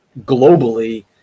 globally